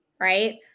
right